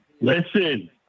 Listen